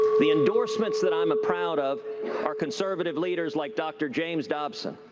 the endorsements that i'm proud of are conservative leaders like dr. james dobson,